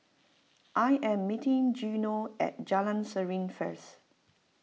I am meeting Gino at Jalan Serene first